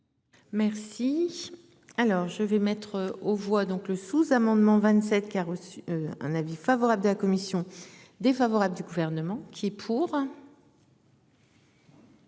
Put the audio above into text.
Merci. Alors je vais mettre aux voix, donc le sous-, amendement 27, qui a reçu un avis favorable de la commission défavorable du gouvernement qui pour.